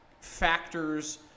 factors